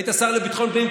היית שר לביטחון פנים.